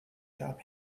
top